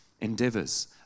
endeavors